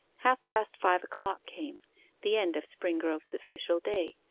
half-past five o'clock came the end of springrove's official day.